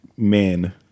men